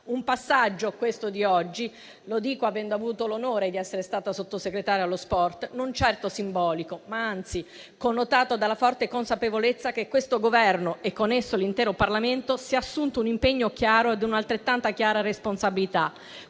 un passaggio - lo dico avendo avuto l'onore di essere stata Sottosegretario allo sport - non certo simbolico, ma anzi connotato dalla forte consapevolezza che questo Governo, e con esso l'intero Parlamento, si è assunto un impegno chiaro ed una responsabilità